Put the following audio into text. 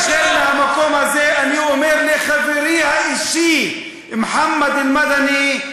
כאשר מהמקום הזה אני אומר לחברי האישי מוחמד אל-מדני: